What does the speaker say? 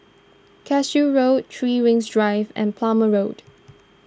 Cashew Road three Rings Drive and Plumer Road